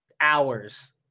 hours